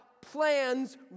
plans